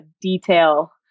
detail